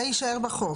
זה יישאר בחוק,